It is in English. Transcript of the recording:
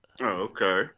okay